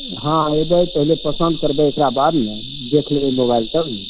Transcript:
हँ अयबै पहिले पसन्द करबै ओकरा बाद ने देख लेबै मोबाइलपर